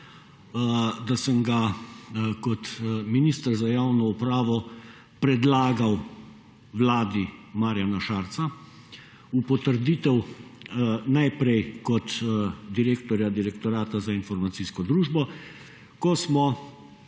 da sem ga kot minister za javno upravo predlagal Vladi Marjana Šarca v potrditev najprej kot direktorja Direktorata za informacijsko družbo, ko smo